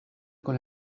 con